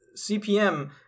CPM